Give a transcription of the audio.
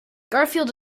garfield